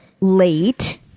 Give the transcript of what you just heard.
late